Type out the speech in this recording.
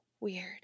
weird